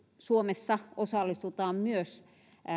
suomessa osallistutaan myös